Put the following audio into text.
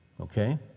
Okay